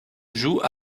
joue